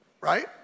Right